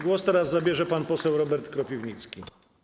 Głos teraz zabierze pan poseł Robert Kropiwnicki.